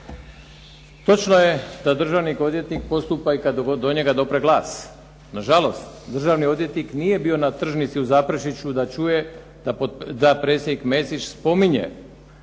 Točno je da državni odvjetnik postupa i kada do njega dopre glas. Na žalost državni odvjetnik nije bio na tržnici u Zaprešiću da čuje da predsjednik Mesić spominje